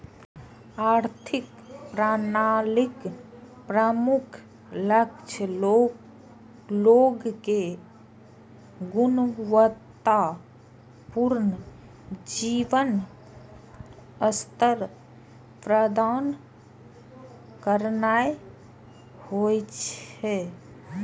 आर्थिक प्रणालीक प्रमुख लक्ष्य लोग कें गुणवत्ता पूर्ण जीवन स्तर प्रदान करनाय होइ छै